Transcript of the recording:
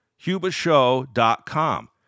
hubashow.com